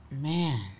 man